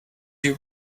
you